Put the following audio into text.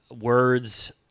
words